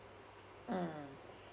mm